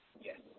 Yes